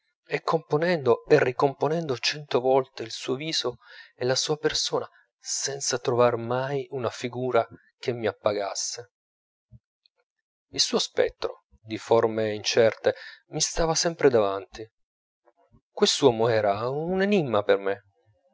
e componendo e ricomponendo cento volte il suo viso e la sua persona senza trovar mai una figura che m'appagasse il suo spettro di forme incerte mi stava sempre davanti quest'uomo era un enimma per me